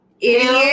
idiot